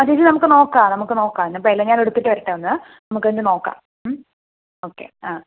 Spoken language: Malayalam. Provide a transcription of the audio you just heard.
ആ ചേച്ചി നമുക്ക് നോക്കാം നമുക്ക് നോക്കാം എന്നാൽ ഇപ്പോൾ എല്ലാം ഞാൻ എടുത്തിട്ട് വരട്ടെ ഒന്ന് നമുക്കതു കഴിഞ്ഞ് നോക്കാം ഓക്കെ ആ